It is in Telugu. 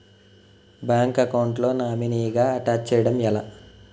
బ్యాంక్ అకౌంట్ లో నామినీగా అటాచ్ చేయడం ఎలా?